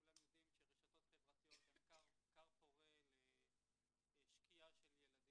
כולם יודעים שרשתות חברתית הן כר פורה לשקיעה של ילדים.